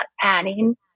adding